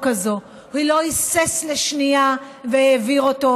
הזאת הוא לא היסס לשנייה והעביר אותו,